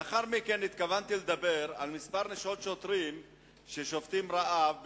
לאחר מכן התכוונתי לדבר על כמה נשות שוטרים ששובתות רעב בתל-אביב.